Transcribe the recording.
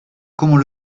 comment